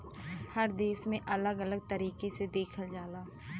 हर देश में अलग अलग तरीके से देखल जाला